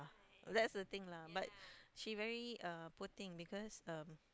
that's the thing lah but she very uh poor thing because um